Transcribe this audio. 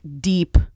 deep